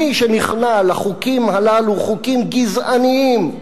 מי שנכנע לחוקים הללו, חוקים גזעניים,